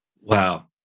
Wow